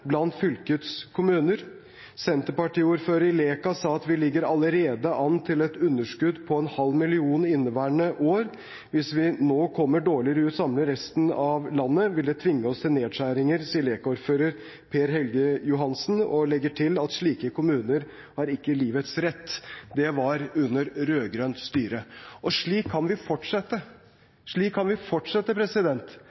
blant fylkets kommuner. Senterpartiordføreren i Leka sa: «Vi ligger allerede an til et underskudd på en halv million inneværende år. Hvis vi nå kommer dårlig ut sammenlignet med resten av landet vil det tvinge oss til nedskjæringer», sa Leka-ordfører Per Helge Johansen og la til: «Slike kommuner har ikke livets rett.» Dette var under rød-grønt styre. Og slik kan vi